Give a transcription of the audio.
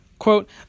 Quote